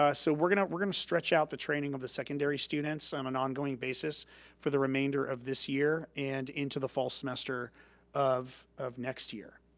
ah so we're gonna we're gonna stretch out the training of the secondary students on an ongoing basis for the remainder of this year and into the fall semester of of next year.